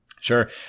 Sure